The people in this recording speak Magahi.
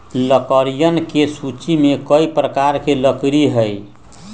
लकड़ियन के सूची में कई प्रकार के लकड़ी हई